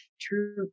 true